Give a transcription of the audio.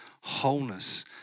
wholeness